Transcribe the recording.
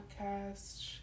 podcast